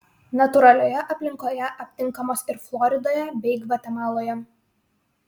natūralioje aplinkoje aptinkamos ir floridoje bei gvatemaloje